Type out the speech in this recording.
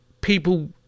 people